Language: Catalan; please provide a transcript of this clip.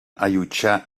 allotjar